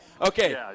Okay